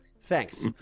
Thanks